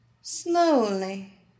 slowly